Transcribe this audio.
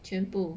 全部